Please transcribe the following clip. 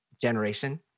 generation